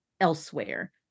elsewhere